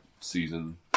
season